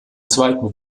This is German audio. zweiten